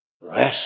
Rest